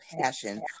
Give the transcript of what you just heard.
passion